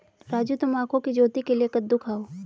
राजू तुम आंखों की ज्योति के लिए कद्दू खाओ